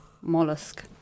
Mollusk